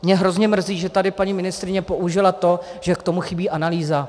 Mě hrozně mrzí, že tady paní ministryně použila to, že k tomu chybí analýza.